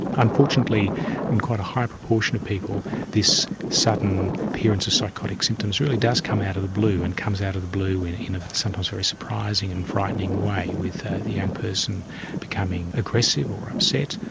unfortunately in quite a high proportion of people this sudden appearance of psychotic symptoms really does come out of the blue and comes out of the blue in in a sometimes very surprising and frightening way with ah the young person becoming aggressive or upset,